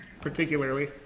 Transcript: particularly